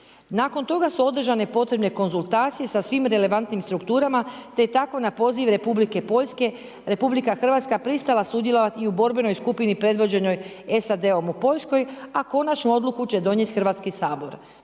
nakon toga su održane potrebne konzultacije sa svim relevantnim strukturama, te je tako na poziv Republike Poljske Republika Hrvatska pristala sudjelovati i u borbenoj skupini predvođenoj SAD-om u Poljskoj, a konačnu odluku će donijeti Hrvatski sabor.